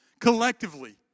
collectively